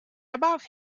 above